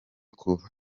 kuva